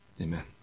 Amen